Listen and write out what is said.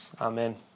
Amen